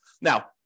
Now